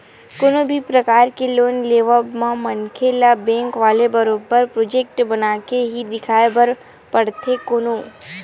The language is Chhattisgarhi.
कोनो भी परकार के लोन के लेवब म मनखे ल बेंक वाले ल बरोबर प्रोजक्ट बनाके ही देखाये बर परथे कोनो